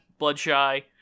Bloodshy